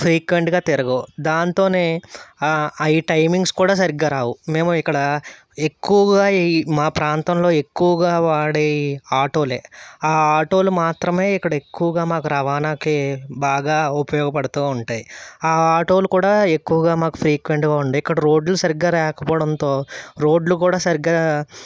ఫ్రీక్వెంట్గా తిరగవు దాంతోనే అవి టైమింగ్స్ కూడా సరిగ్గా రావు మేము ఇక్కడ ఎక్కువగా ఈ మా ప్రాంతంలో ఎక్కువగా వాడేఇ ఆటోలే ఆటోలు మాత్రమే ఇక్కడ ఎక్కువగా మాకు రవాణాకి బాగా ఉపయోగపడుతూ ఉంటాయి ఆ ఆటోలు కూడా ఎక్కువగా మాకు ఫ్రీక్వెంట్గా ఉండవు ఇక్కడ రోడ్లు సరిగ్గా లేకపోవడంతో రోడ్లు కూడా సరిగ్గా